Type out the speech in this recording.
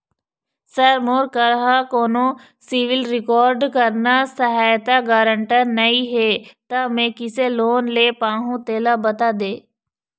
sir मोर करा कोन्हो सिविल रिकॉर्ड करना सहायता गारंटर नई हे ता मे किसे लोन ले पाहुं तेला बता दे